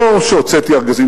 לא שהוצאתי ארגזים,